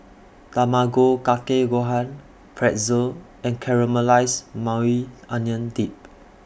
Tamago Kake Gohan Pretzel and Caramelized Maui Onion Dip